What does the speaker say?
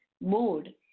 mode